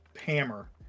hammer